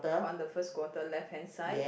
on the first quarter left hand side